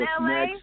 LA